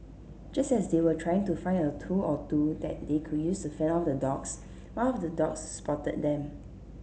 just as they were trying to find a tool or two that they could use to fend off the dogs one of the dogs spotted them